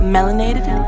Melanated